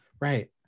right